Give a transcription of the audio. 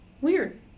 Weird